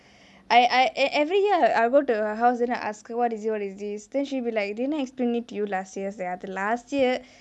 I I every year I will go to her house then I ask her what is this what is this then she will be like didn't I explain it to you last year அது:athu last year